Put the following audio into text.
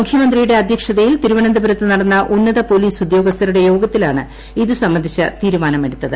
മുഖ്യമന്ത്രിയുടെ അധ്യക്ഷതയിൽ തിരുവനന്തപുരത്തു നടന്ന ഉന്നത പോലീസ് ഉദ്യോഗസ്ഥരുടെ യോഗത്തിലാണ് ഇതുസംബന്ധിച്ച തീരുമാനമെടുത്തത്